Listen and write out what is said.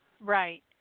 Right